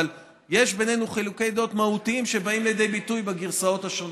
אבל יש בינינו חילוקי דעות מהותיים שבאים לידי ביטוי בגרסאות השונות.